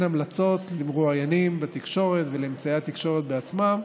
המלצות למרואיינים בתקשורת ולאמצעי התקשורת בעצמם,